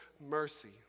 mercy